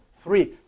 Three